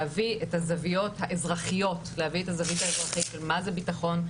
להביא את הזוויות האזרחיות של מה זה ביטחון,